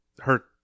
hurt